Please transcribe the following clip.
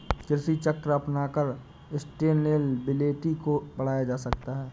कृषि चक्र अपनाकर सस्टेनेबिलिटी को बढ़ाया जा सकता है